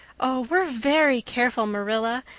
oh, we're very careful, marilla.